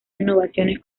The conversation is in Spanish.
innovaciones